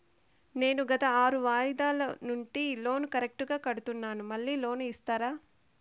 నేను గత ఆరు వాయిదాల నుండి లోను కరెక్టుగా కడ్తున్నాను, మళ్ళీ లోను ఇస్తారా?